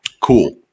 cool